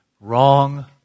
Wrong